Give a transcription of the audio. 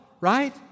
right